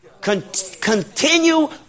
Continue